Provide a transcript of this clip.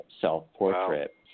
self-portrait